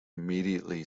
immediately